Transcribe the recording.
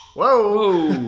whoa.